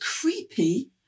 creepy